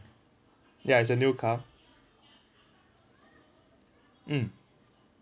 ya it's a new car mm